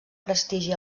prestigi